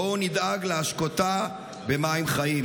בואו נדאג להשקותה במים חיים.